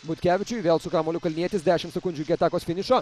butkevičiui vėl su kamuoliu kalnietis dešimt sekundžių iki atakos finišo